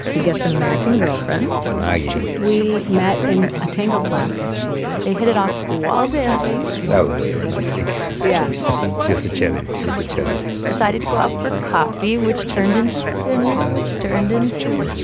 he gets an american girlfriend maggie we met in a tango class, actually they hit it off while dancing that was very romantic yeah she is a cellist. she's a cellist decided to go out for coffee, which turned into dinner, which turned into.